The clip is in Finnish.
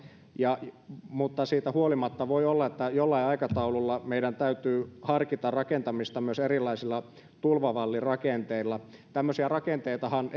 mutta siitä huolimatta voi olla että jollain aikataululla meidän täytyy harkita rakentamista myös erilaisilla tulvavallirakenteilla tämmöisiä rakenteitahan